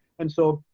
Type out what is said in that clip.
and so,